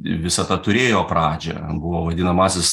visata turėjo pradžią buvo vadinamasis